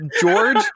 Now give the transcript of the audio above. George